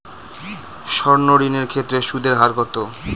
সর্ণ ঋণ এর ক্ষেত্রে সুদ এর হার কত?